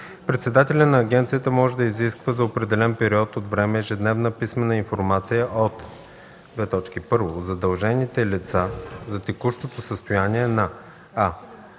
председателят на агенцията може да изисква за определен период от време ежедневна писмена информация от: 1. задължените лица за текущото състояние на: